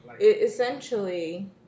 essentially